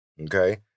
okay